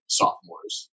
sophomores